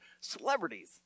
celebrities